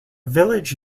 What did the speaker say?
village